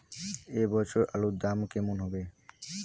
এ বছর আলুর দাম কেমন হবে?